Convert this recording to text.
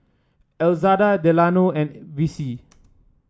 Elzada Delano and Vicie